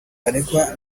baregwa